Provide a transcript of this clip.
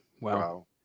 Wow